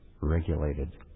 regulated